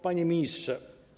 Panie Ministrze!